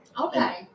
okay